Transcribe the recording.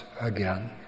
again